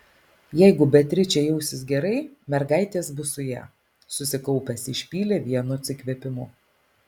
jeigu beatričė jausis gerai mergaitės bus su ja susikaupęs išpylė vienu atsikvėpimu